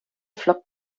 flockt